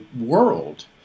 world